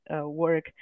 work